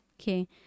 Okay